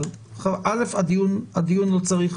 אבל, ראשית, הדיון לא צריך